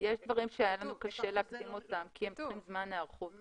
יש דברים שהיה לנוקשה להקדים אותם כי הם צריכים זמן היערכות.